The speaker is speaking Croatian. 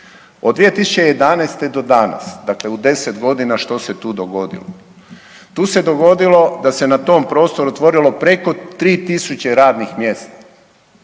Od 2011. do danas dakle u 10 godina što se tu dogodilo? Tu se dogodilo da se na tom prostoru otvorilo preko 3.000 radnih mjesta,